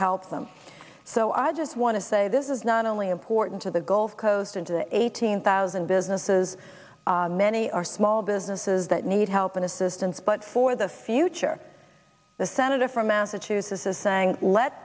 help them so i just want to say this is not only important to the gulf coast and to eighteen thousand businesses many are small businesses that need help and assistance but for the future the senator from massachusetts is saying let